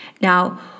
Now